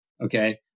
Okay